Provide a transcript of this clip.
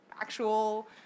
actual